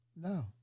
No